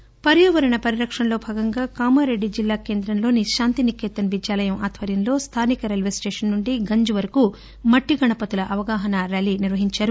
Shankar rally పర్యావరణ పరిరక్షణలో భాగంగా కామారెడ్డి జిల్లా కేంద్రములోని శాంతి నికేతన్ విద్యాలయం ఆధ్వర్యంలో స్థానిక రైల్వే స్టేషన్ నుండి గంజ్ వరకు మట్టి గణపతుల అవగహన ర్యాలీ నిర్వహించసారు